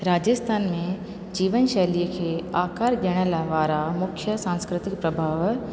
राजस्थान में जीवन शैलीअ खे आकार ॾियण लाइ वारा मुख्य सांस्कृतिक प्रभाव